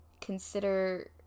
consider